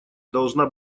должна